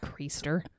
priester